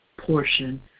portion